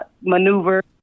maneuver